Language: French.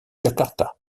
jakarta